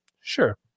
sure